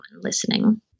listening